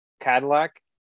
cadillac